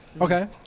Okay